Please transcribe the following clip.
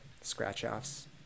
scratch-offs